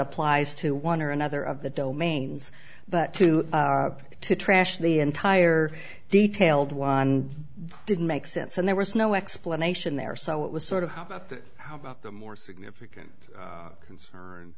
applies to one or another of the domains but to have to trash the entire detailed why didn't make sense and there was no explanation there so it was sort of how about that how about the more significant concern